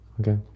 Okay